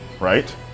right